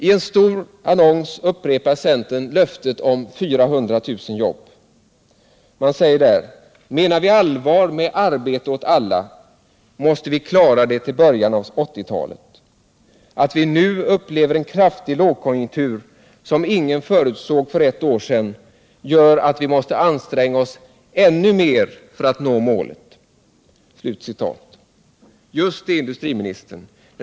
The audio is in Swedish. I en stor annons upprepar centern löftet om 400 000 jobb: ”Menar vi allvar med ”arbete åt alla” måste vi klara det till början av 80-talet. Att vi nu upplever en kraftig lågkonjunktur, som ingen förutsåg för ett år sedan, gör att vi måste anstränga oss ännu mer för att nå målet.” Just det, industriministern!